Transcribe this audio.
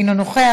אינו נוכח,